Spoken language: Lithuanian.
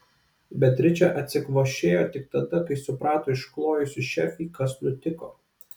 beatričė atsikvošėjo tik tada kai suprato išklojusi šefei kas nutiko